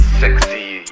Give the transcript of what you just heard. sexy